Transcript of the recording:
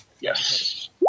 Yes